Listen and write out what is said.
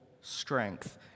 Strength